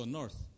north